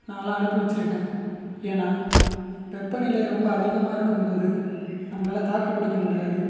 நான்லாம் அனுபவிச்சுருக்கேன் ஏன்னால் வெப்பநிலை ரொம்ப அதிகமாக இருக்கும் போது நம்மளால தாக்குப் பிடிக்க முடியாது